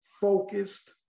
focused